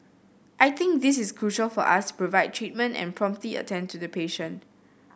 I think this is crucial for us to provide treatment and promptly attend to the patient